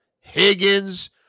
Higgins